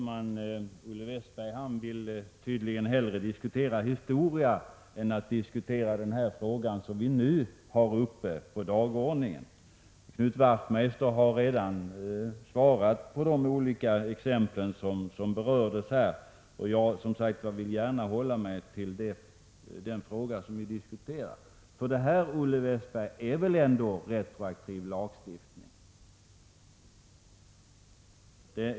Herr talman! Olle Westberg vill tydligen hellre diskutera historia än den fråga som vi nu har på dagordningen. Knut Wachtmeister har redan svarat beträffande de olika exempel som berördes. Jag vill, som sagt, gärna hålla mig till den fråga som vi nu diskuterar. Detta är väl ändå, Olle Westberg, retroaktiv lagstiftning?